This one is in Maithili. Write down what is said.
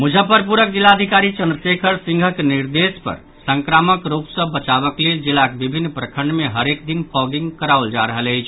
मुजफ्फरपुरक जिलाधिकारी चंद्रशेखर सिंहक निर्देश पर संक्रामक रोग सँ बचावक लेल जिलाक विभिन्न प्रखंड मे हरेक दिन फॉगिंग कराओल जा रहल अछि